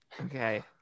okay